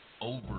over